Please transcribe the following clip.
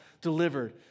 delivered